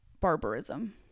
barbarism